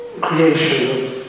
Creation